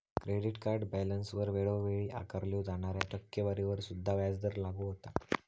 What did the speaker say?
credit card बॅलन्सवर वेळोवेळी आकारल्यो जाणाऱ्या टक्केवारीवर सुद्धा व्याजदर लागू होता